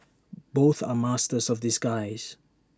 both are masters of disguise